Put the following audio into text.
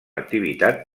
activitat